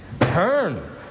turn